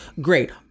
great